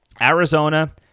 Arizona